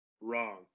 Wrong